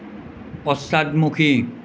পশ্চাদমুখী